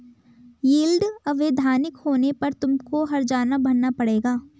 yield अवैधानिक होने पर तुमको हरजाना भरना पड़ेगा